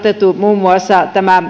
muun muassa tämä